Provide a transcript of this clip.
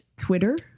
Twitter